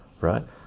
right